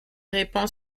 répand